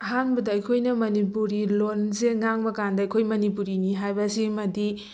ꯑꯍꯥꯟꯕꯗ ꯑꯩꯈꯣꯏꯅ ꯃꯅꯤꯄꯨꯔꯤ ꯂꯣꯟꯁꯦ ꯉꯥꯡꯕ ꯀꯥꯟꯗ ꯑꯩꯈꯣꯏ ꯃꯅꯤꯄꯨꯔꯤꯅꯤ ꯍꯥꯏꯕ ꯁꯤꯃꯗꯤ